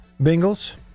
Bengals